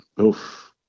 Oof